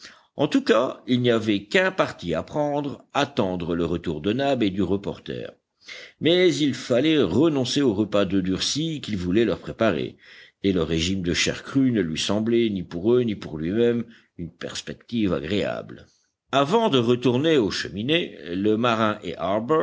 en tout cas il n'y avait qu'un parti à prendre attendre le retour de nab et du reporter mais il fallait renoncer au repas d'oeufs durcis qu'il voulait leur préparer et le régime de chair crue ne lui semblait ni pour eux ni pour lui-même une perspective agréable avant de retourner aux cheminées le marin et